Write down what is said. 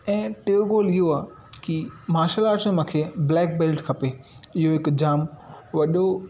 ऐं टियो गोल इहो आहे की मार्शल आर्ट्स में मूंखे ब्लैक बेल्ट खपे इहो हिकु जाम वॾो